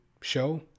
show